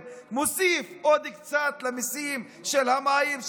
מוסיף עוד קצת למיסים של המים,